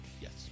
yes